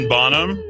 Bonham